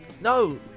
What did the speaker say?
No